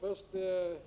Herr talman!